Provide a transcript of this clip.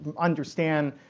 understand